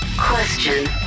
Question